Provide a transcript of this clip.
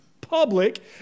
public